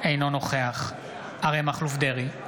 אינו נוכח אריה מכלוף דרעי,